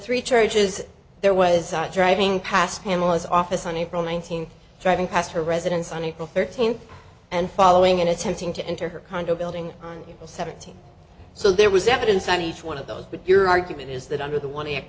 three charges there was driving past pamela's office on april nineteenth driving past her residence on april thirteenth and following in attempting to enter her condo building on the seventeenth so there was evidence on each one of those with your argument is that under the one